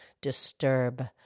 disturb